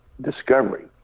discovery